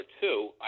two